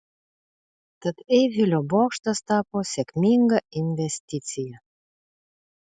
tad eifelio bokštas tapo sėkminga investicija